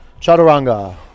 chaturanga